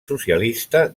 socialista